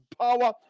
power